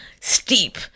steep